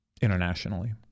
internationally